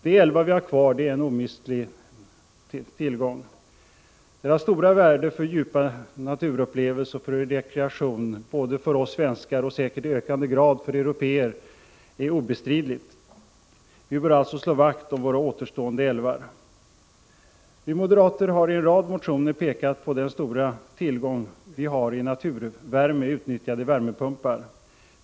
De älvar vi har kvar är en omistlig tillgång. Deras stora värde för djupa naturupplevelser och för rekreation både för oss svenskar och säkert i ökande grad för européer är obestridligt. Vi bör alltså slå vakt om våra återstående älvar. Vi moderater har i en rad motioner pekat på den stora tillgång vi har i naturvärme, utnyttjad i värmepumpar.